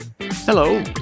Hello